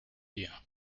here